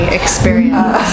experience